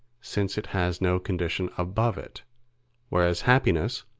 since it has no condition above it whereas happiness,